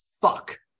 fuck